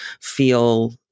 feel